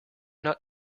not